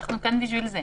אנחנו כאן בשביל זה.